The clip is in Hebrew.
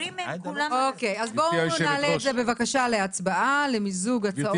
בואו נעלה את זה בבקשה להצבעה למיזוג הצעות החוק.